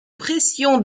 pressions